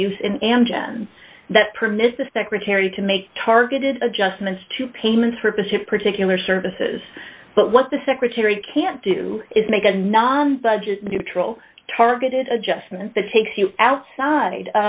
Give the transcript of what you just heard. to use in an agenda that permits the secretary to make targeted adjustments to payments for bishop particular services but what the secretary can't do is make a non budget neutral targeted adjustment that takes you outside